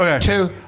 two